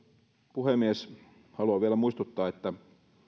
puhemies haluan vielä muistuttaa että